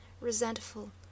resentful